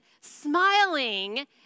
smiling